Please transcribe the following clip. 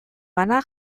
bana